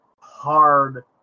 hard